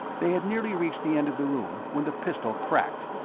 they had nearly reached the end of the room when the pistol cracked.